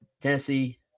Tennessee